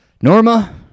Norma